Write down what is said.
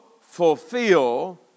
fulfill